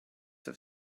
have